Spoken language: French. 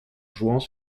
jouant